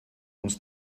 uns